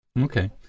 Okay